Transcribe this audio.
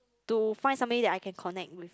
to find somebody that I can connect with